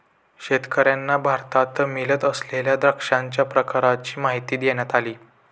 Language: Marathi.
शेतकर्यांना भारतात मिळत असलेल्या द्राक्षांच्या प्रकारांची माहिती देण्यात आली